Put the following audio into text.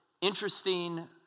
interesting